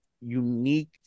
unique